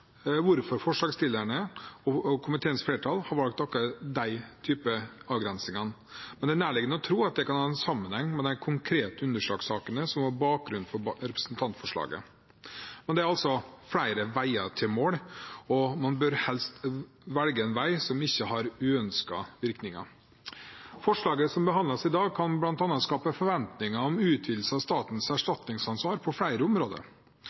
hvorfor forslagsstillerne og komiteens flertall har valgt akkurat disse avgrensningene. Det er nærliggende å tro at det kan ha en sammenheng med de konkrete underslagssakene som var bakgrunnen for representantforslaget. Men det er flere veier til mål, og man bør helst velge en vei som ikke har uønskede virkninger. Forslaget som behandles i dag, kan bl.a. skape forventninger om utvidelse av statens erstatningsansvar på flere områder.